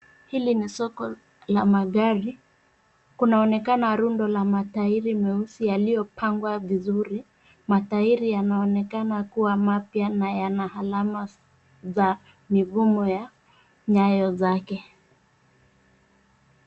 Hili ni soko la magari, kunaonekana rundo la matairi meusi yaliyopangwa vizuri. Matairi yanaonekana kuwa mapya na yana alama za migumu ya nyayo zake.